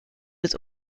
was